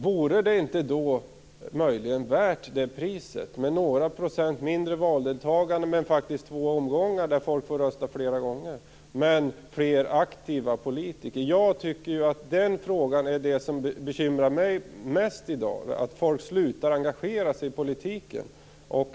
Vore det inte möjligen värt priset att få några procent mindre valdeltagande, men faktiskt två omgångar, och fler aktiva politiker? Den fråga som bekymrar mig mest i dag är att folk slutar engagera sig i politiken.